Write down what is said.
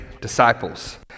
disciples